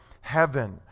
Heaven